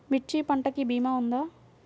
మిర్చి పంటకి భీమా ఉందా?